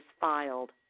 filed